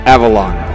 Avalon